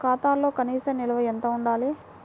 ఖాతాలో కనీస నిల్వ ఎంత ఉండాలి?